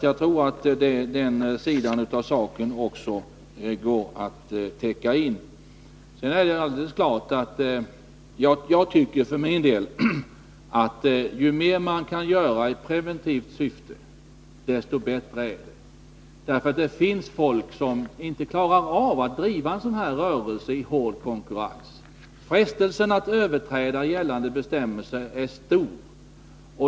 Jag tror att den sidan av saken går att täcka in. Jag för min del tycker att ju mer man kan göra i preventivt syfte, desto bättre, därför att det finns folk som inte klarar av att driva en sådan rörelse i hård konkurrens. Frestelsen att överträda gällande bestämmelser är stor.